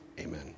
Amen